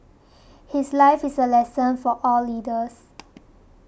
his life is a lesson for all leaders